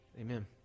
Amen